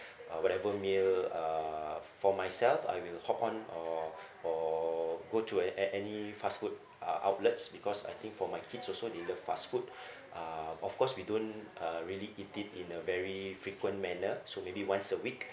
uh whatever meal uh for myself I will hop on or or go to at at any fast food uh outlets because I think for my kids also they love fast food uh of course we don't uh really eat it in a very frequent manner so maybe once a week